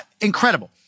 incredible